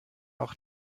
auch